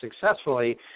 successfully